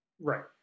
right